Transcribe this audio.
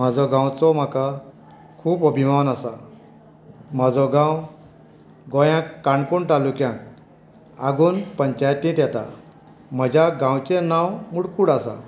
म्हजो गांवचो म्हाका खूब अभिमान आसा म्हजो गांव गोंयांत काणकोण तालुक्याक आगोंद पंचायतींत येता म्हज्या गांवचें नांव मुडकूड आसा